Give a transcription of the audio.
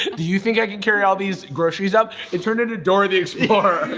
do you think i could carry all these groceries up? it turned into dora the explorer.